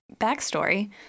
backstory